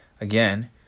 again